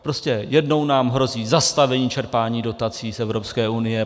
Prostě jednou nám hrozí zastavení čerpání dotací z Evropské unie.